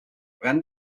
when